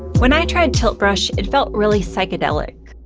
when i tried tilt brush, it felt really psychedelic.